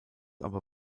aber